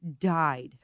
died